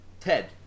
Ted